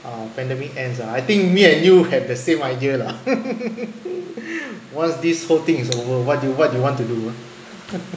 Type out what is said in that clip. uh pandemic ends ah I think me and you have the same idea lah once this whole thing is over what do you what do you want to do